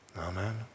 Amen